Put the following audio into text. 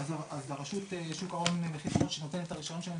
אז רשות שוק ההון --- שנותנת את הרישיון שלהם,